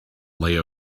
lay